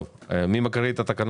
טוב, מי מקריא את התקנות?